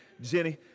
Jenny